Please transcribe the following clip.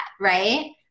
right